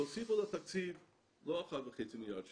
תוסיפו לתקציב לא 1.5 מיליארד שקל.